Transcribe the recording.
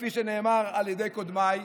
כפי שנאמר על ידי קודמיי.